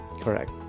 Correct